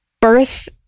Birth